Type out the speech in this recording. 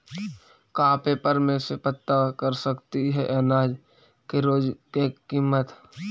का पेपर में से पता कर सकती है अनाज के रोज के किमत?